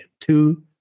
two